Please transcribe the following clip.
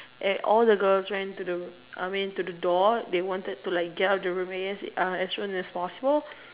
and all the girls ran to the I mean to the door they wanted to like get out of the room as soon as possible